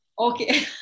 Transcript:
okay